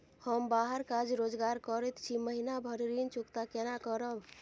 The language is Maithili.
हम बाहर काज रोजगार करैत छी, महीना भर ऋण चुकता केना करब?